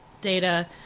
data